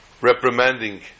reprimanding